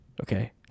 Okay